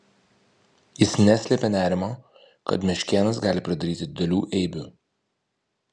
jis neslėpė nerimo kad meškėnas gali pridaryti didelių eibių